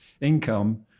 income